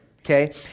Okay